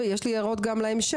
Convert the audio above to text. יש לי הערות גם להמשך,